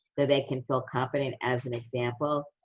they can feel confident as an example.